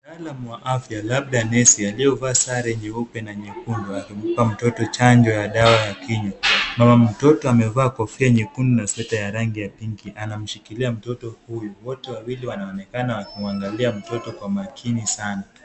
Mtaalam wa afya labda nesi aliyevaa sare nyeupe na nyekundu, akimpa mtoto chanjo ya dawa ya kinywa. Mama mtoto amevaa kofia nyekundu na sweta ya rangi ya pinki anamshikilia mtoto huyu. Wote wawili wanaonekana wakimwangalia mtoto kwa makini sana.